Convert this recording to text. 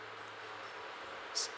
so